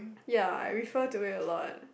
ya I refer to it a lot